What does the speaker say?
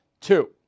two